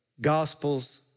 gospels